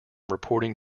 reporting